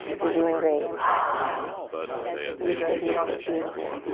you're doing great. ah beautiful, beautiful, beautiful.